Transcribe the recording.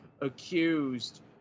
accused